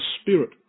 Spirit